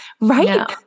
Right